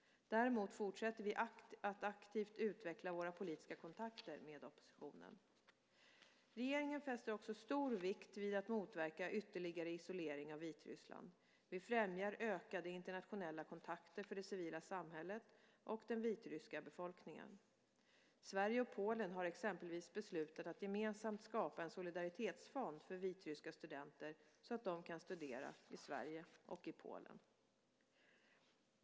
Däremot fortsätter vi att aktivt utveckla våra politiska kontakter med oppositionen. Regeringen fäster också stor vikt vid att motverka ytterligare isolering av Vitryssland. Vi främjar ökade internationella kontakter för det civila samhället och den vitryska befolkningen. Sverige och Polen har exempelvis beslutat att gemensamt skapa en solidaritetsfond för vitryska studenter så att de kan studera i Sverige och i Polen.